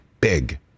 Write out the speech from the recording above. big